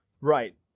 Right